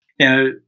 Now